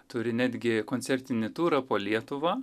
turi netgi koncertinį turą po lietuvą